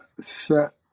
set